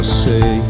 say